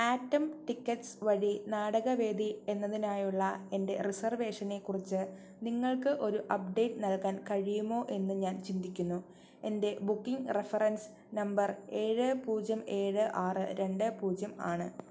atom Tickets വഴി നാടകവേദി എന്നതിനായുള്ള എൻ്റെ റിസർവേഷനെക്കുറിച്ച് നിങ്ങൾക്ക് ഒരു അപ്ഡേറ്റ് നൽകാൻ കഴിയുമോ എന്ന് ഞാൻ ചിന്തിക്കുന്നു എൻ്റെ ബുക്കിംഗ് റഫറൻസ് നമ്പർ ഏഴ് പൂജ്യം ഏഴ് ആറ് രണ്ട് പൂജ്യം ആണ്